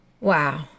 Wow